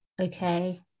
Okay